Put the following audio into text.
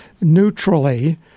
neutrally